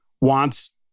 wants